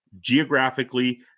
geographically